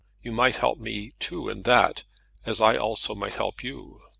you might help me too in that as i also might help you.